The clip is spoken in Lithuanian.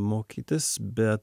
mokytis bet